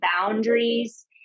boundaries